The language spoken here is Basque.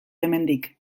hemendik